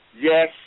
yes